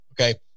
Okay